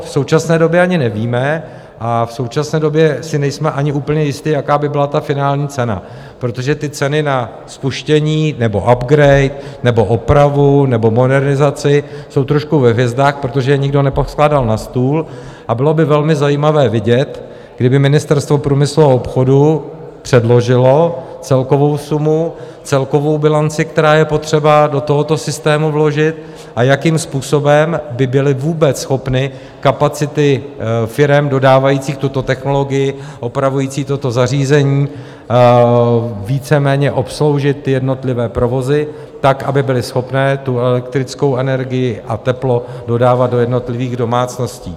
My to v současné době ani nevíme a v současné době si nejsme ani úplně jisti, jaká by byla finální cena, protože ceny na spuštění nebo upgrade nebo opravu nebo modernizaci jsou trošku ve hvězdách, protože je nikdo neposkládal na stůl, a bylo by velmi zajímavé vidět, kdyby Ministerstvo průmyslu a obchodu předložilo celkovou sumu, celkovou bilanci, kterou je potřeba do tohoto systému vložit, jakým způsobem by byly vůbec schopny kapacity firem dodávajících tuto technologii, opravující toto zařízení, víceméně obsloužit jednotlivé provozy tak, aby byly schopny elektrickou energii a teplo dodávat do jednotlivých domácností.